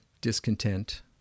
discontent